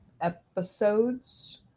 episodes